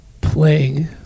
Playing